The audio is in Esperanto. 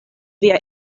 via